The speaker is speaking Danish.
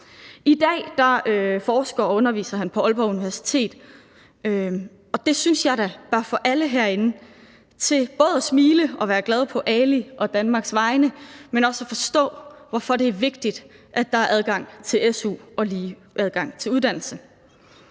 I dag forsker og underviser han på Aalborg Universitet, og det synes jeg da bør få alle herinde til både at smile og være glade på Alis og Danmarks vegne, men også til at forstå, hvorfor det er vigtigt, at der er adgang til su og lige adgang til uddannelse.